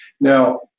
Now